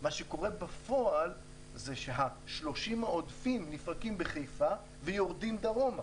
ומה שקורה בפועל זה ש-30% עודפים נפרקים בחיפה ויורדים דרומה.